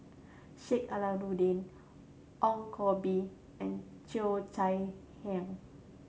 Sheik Alau'ddin Ong Koh Bee and Cheo Chai Hiang